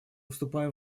вступаем